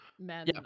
men